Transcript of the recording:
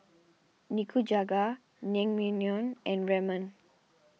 Nikujaga Naengmyeon and Ramen